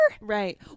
Right